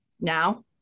Now